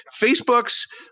Facebook's